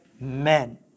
men